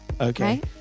Okay